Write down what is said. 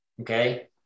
okay